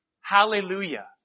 Hallelujah